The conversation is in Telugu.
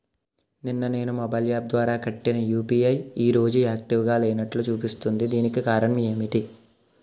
నిన్న నేను మొబైల్ యాప్ ద్వారా కట్టిన యు.పి.ఐ ఈ రోజు యాక్టివ్ గా లేనట్టు చూపిస్తుంది దీనికి కారణం ఏమిటి?